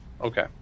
Okay